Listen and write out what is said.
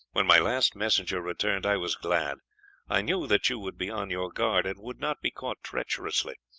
when my last messenger returned, i was glad i knew that you would be on your guard, and would not be caught treacherously.